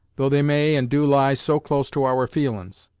though they may and do lie so close to our feelin's.